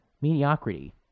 mediocrity